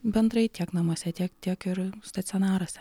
bendrai tiek namuose tiek tiek ir stacionaruose